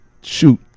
shoot